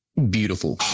beautiful